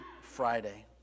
Friday